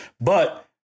But-